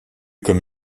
comme